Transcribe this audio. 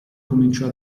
cominciò